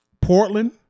Portland